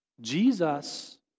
Jesus